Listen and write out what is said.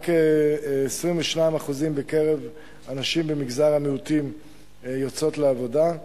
רק 22% מהנשים במגזר המיעוטים יוצאות לעבודה,